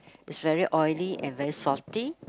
it's very oily and very salty